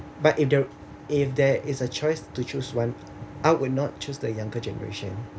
but if there if there is a choice to choose one I would not choose the younger generation